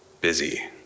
busy